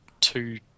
two